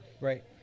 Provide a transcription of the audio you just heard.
Right